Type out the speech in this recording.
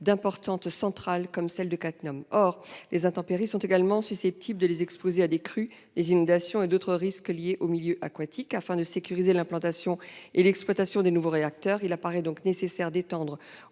d'importantes centrales, comme celle de Cattenom. Or les intempéries sont également susceptibles d'exposer ces sites à des crues, des inondations et d'autres risques liés au milieu aquatique. Afin de sécuriser l'implantation et l'exploitation des nouveaux réacteurs, il apparaît donc nécessaire d'étendre,